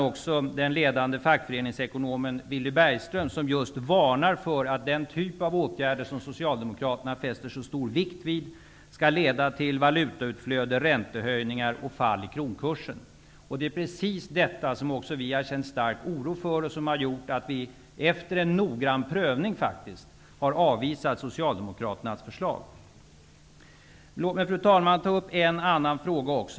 Även den ledande fackföreningsekonomen Willy Bergström varnar just för att den typ av åtgärder som Socialdemokraterna fäster så stor vikt vid skall leda till valutautflöde, räntehöjningar och fall i kronkursen. Det är precis detta som vi har känt stark oro för och som har gjort att vi efter en noggrann prövning har avvisat Låt mig, fru talman, ta upp även en annan fråga.